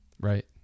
Right